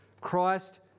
Christ